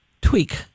tweak